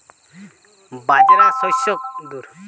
বাজরা শস্যকে হামরা ইংরেজিতে ফক্সটেল মিলেট ব্যলে থাকি